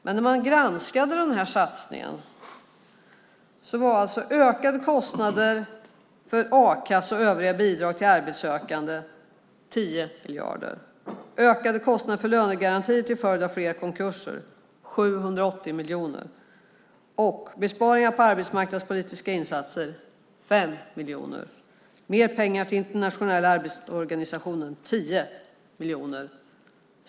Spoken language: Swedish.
Men när man granskade den här satsningen fann man att ökade kostnader för a-kassa och övriga bidrag till arbetssökande var 10 miljarder. Ökade kostnader för lönegarantier till följd av fler konkurser var 780 miljoner. Besparingar på arbetsmarknadspolitiska insatser var 5 miljoner. Mer pengar till Internationella arbetsorganisationen var 10 miljoner.